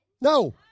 No